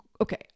okay